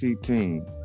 team